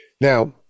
Now